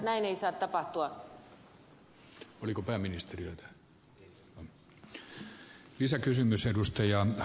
näin ei saa tapahtua